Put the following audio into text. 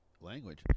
language